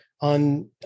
on